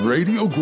Radio